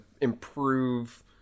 improve